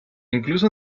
incluso